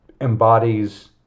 embodies